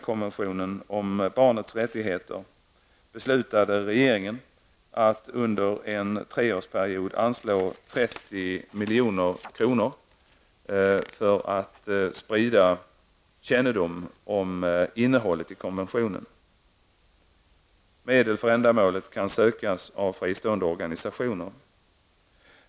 konventionen om barnets rättigheter beslutade regeringen att under en treårsperiod anslå 30 milj.kr. för att sprida kännedom om innehållet i konventionen. Medel för ändamålet kan sökas av fristående organisationer.